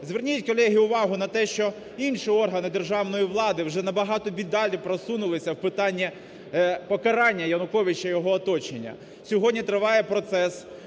Зверніть, колеги, увагу на те, що інші органи державної влади вже набагато б і далі просунулися в питані покарання Януковича, і його оточення. Сьогодні триває процес,